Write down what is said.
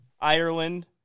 Ireland